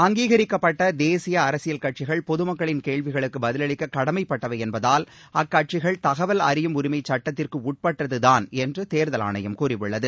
அங்கீகரிக்கப்பட்ட தேசிய அரசியல் கட்சிகள் பொதுமக்களின் கேள்விகளுக்கு பதிலளிக்க கடமைப்பட்டவை என்பதால் அக்கட்சிகள் தகவல் அறியும் உரிமை சட்டத்திற்குட்பட்டதுதான் என்று தேர்தல் ஆணையம் கூறியுள்ளது